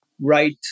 right